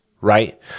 right